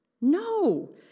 No